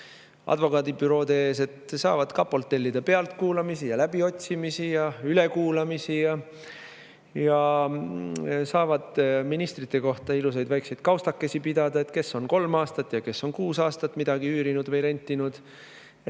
advokaadibüroode ees: saab kapolt tellida pealtkuulamisi, läbiotsimisi ja ülekuulamisi. Ja saab ministrite kohta ilusaid väikeseid kaustakesi pidada, et kes on kolm aastat ja kes on kuus aastat midagi üürinud või rentinud.